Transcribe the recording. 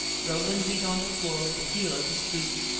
roland beat on the floor with the heel of his boot.